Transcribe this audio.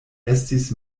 estis